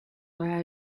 why